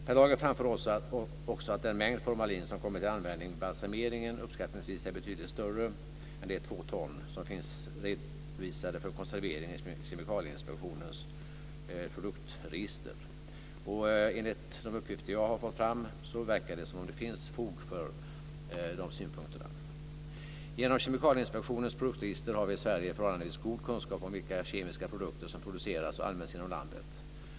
Per Lager framför också att den mängd formalin som kommer till användning vid balsamering uppskattningsvis är betydligt större än de två ton som finns redovisade för konservering i Kemikalieinspektionens produktregister. Enligt de uppgifter som jag fått fram verkar det finnas fog för den synpunkten. Genom Kemikalieinspektionens produktregister har vi i Sverige förhållandevis god kunskap om vilka kemiska produkter som produceras och används inom landet.